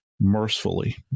mercifully